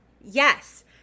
Yes